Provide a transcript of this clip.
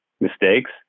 mistakes